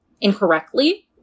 incorrectly